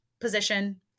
position